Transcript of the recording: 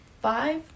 five